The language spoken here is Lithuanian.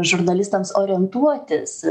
žurnalistams orientuotis